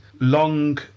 Long